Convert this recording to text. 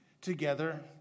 together